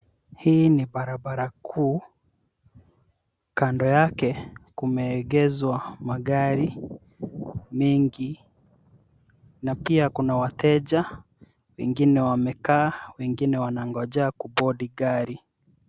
Hii ni barabara kuu, kando yake kumeegeshwa magari mingi na pia kuna wateja wengine wamekaa, wengine wanangojea kubodi gari.